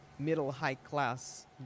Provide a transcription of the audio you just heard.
middle-high-class